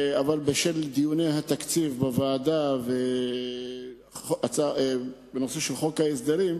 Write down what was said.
בשל דיוני בוועדה בתקציב ובנושא חוק ההסדרים,